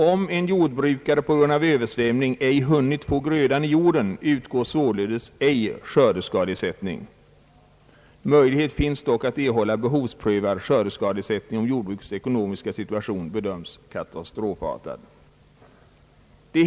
Om en jordbrukare på grund av översvämning ej hunnit få grödan i jorden utgår således ej skördeskadeersättning. Möjlighet finns dock att erhålla behovsprövad skördeskadeersättning om jordbrukets ekonomiska situation bedöms katastrofartad.